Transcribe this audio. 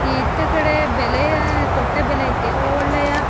ಇತ್ತ ಕಡೆ ಬೆಲೆಗೆ ಕೊಟ್ಟ ಬೆಲೆಗೆ ಒಳ್ಳೆಯ